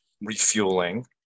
refueling